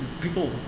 people